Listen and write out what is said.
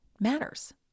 matters